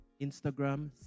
Instagram